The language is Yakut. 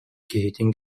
киһитин